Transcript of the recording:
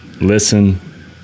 listen